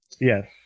Yes